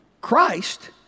Christ